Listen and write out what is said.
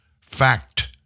fact